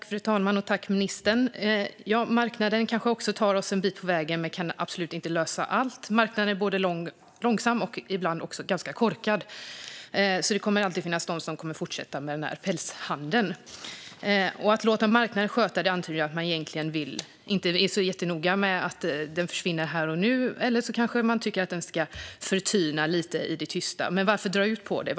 Fru talman! Marknaden kanske tar oss en bit på vägen men kan absolut inte lösa allt. Marknaden är både långsam och ibland ganska korkad, så det kommer alltid att finnas de som fortsätter med pälshandeln. Att låta marknaden sköta detta antyder ju att man egentligen inte är så jättenoga med att den försvinner här och nu, eller så kanske man tycker att den ska tyna bort lite i det tysta. Men varför dra ut på det?